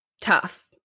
tough